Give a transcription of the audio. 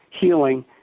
healing